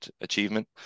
achievement